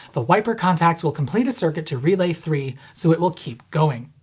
the wiper contacts will complete a circuit to relay three, so it will keep going.